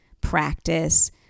practice